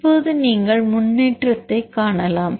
இப்போது நீங்கள் முன்னேற்றத்தைக் காணலாம்